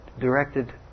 directed